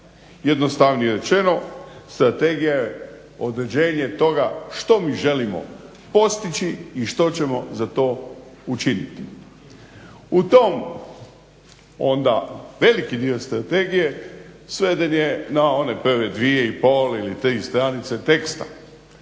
Jednostavnije rečeno, strategija je određenje toga što mi želimo postići i što ćemo za to učiniti. U tom onda veliki dio strategije sveden je na one prve dvije i pol ili tri stranice teksta